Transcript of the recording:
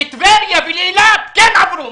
לטבריה ולאילת כן עברו.